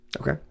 Okay